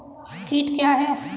कीट क्या है?